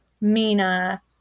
mina